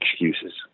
excuses